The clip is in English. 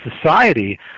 society